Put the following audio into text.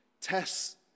tests